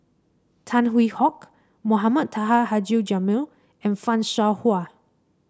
Tan Hwee Hock Mohamed Taha Haji Jamil and Fan Shao Hua